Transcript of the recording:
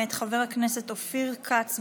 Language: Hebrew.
מאת חבר הכנסת אופיר כץ,